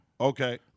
Okay